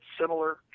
similar